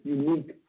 unique